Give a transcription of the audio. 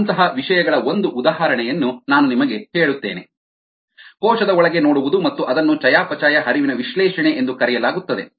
ಅಂತಹ ವಿಷಯಗಳ ಒಂದು ಉದಾಹರಣೆಯನ್ನು ನಾನು ನಿಮಗೆ ಹೇಳುತ್ತೇನೆ ಕೋಶದ ಒಳಗೆ ನೋಡುವುದು ಮತ್ತು ಅದನ್ನು ಚಯಾಪಚಯ ಹರಿವಿನ ವಿಶ್ಲೇಷಣೆ ಎಂದು ಕರೆಯಲಾಗುತ್ತದೆ